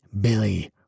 Billy